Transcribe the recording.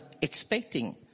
expecting